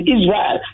Israel